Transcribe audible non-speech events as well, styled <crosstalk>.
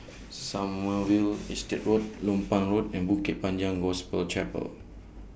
<noise> Sommerville Estate Road Lompang Road and Bukit Panjang Gospel Chapel